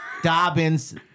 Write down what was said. Dobbins